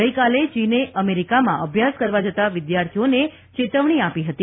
ગઇકાલે ચીને અમેરિકામાં અભ્યાસ કરવા જતા વિદ્યાર્થીઓને ચેતવણી આપી હતી